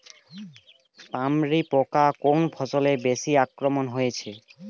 পামরি পোকা কোন ফসলে বেশি আক্রমণ হয়েছে?